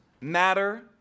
matter